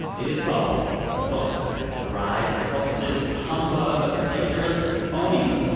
it is called bunk the rise of hoaxes, humbug, plagiarists, phonies,